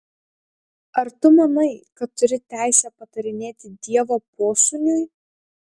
ar tu manai kad turi teisę patarinėti dievo posūniui